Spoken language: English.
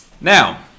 Now